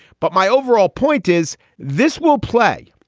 but my overall point is this will play.